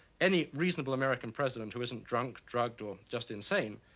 any reasonable american president who isn't drunk, drugged, or just insane,